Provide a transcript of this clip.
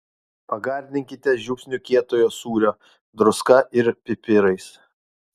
pagardinkite žiupsniu kietojo sūrio druska ir pipirais